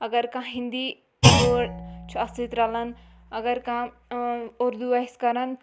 اَگر کانٛہہ ہِنٛدی وٲڈ چھُ اَتھ سۭتۍ رَلان اَگر کانٛہہ اُردو آسہِ کَران